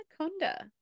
Anaconda